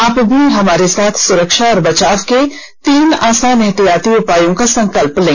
आप भी हमारे साथ सुरक्षा और बचाव के तीन आसान एहतियाती उपायों का संकल्प लें